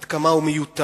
עד כמה הוא מיותר,